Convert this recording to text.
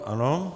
Ano.